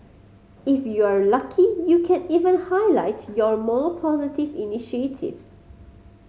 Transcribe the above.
if you are lucky you can even highlight your more positive initiatives